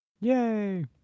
Yay